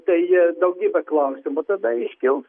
tai daugybė klausimų tada iškils